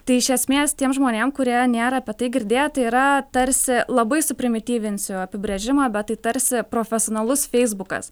tai iš esmės tiem žmonėm kurie nėra apie tai girdėję tai yra tarsi labai suprimityvinsiu apibrėžimą bet tai tarsi profesionalus feisbukas